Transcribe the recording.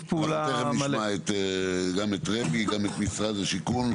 תכף נשמע גם את רמ"י, גם את משרד השיכון.